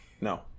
No